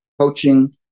Coaching